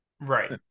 right